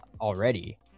already